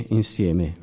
insieme